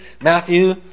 Matthew